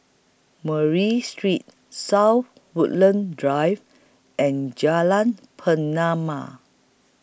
Murray Street South Woodlands Drive and Jalan Pernama